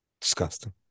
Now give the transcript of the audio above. disgusting